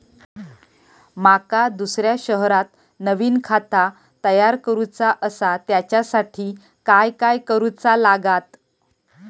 माका दुसऱ्या शहरात नवीन खाता तयार करूचा असा त्याच्यासाठी काय काय करू चा लागात?